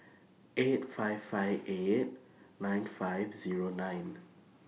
eight five five eight nine five Zero nine